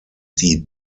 die